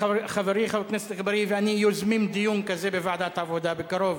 חברי חבר הכנסת אגבאריה ואני יוזמים דיון בנושא זה בוועדת העבודה בקרוב,